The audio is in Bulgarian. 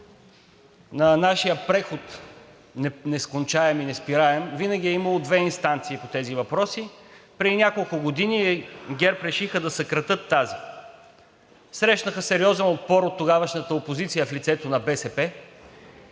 на нашия преход – нескончаем и неспираем, винаги е имало две инстанции по тези въпроси. Преди няколко години ГЕРБ решиха да съкратят тази. Срещнаха сериозен отпор от тогавашната опозиция в лицето на БСП,